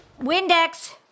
Windex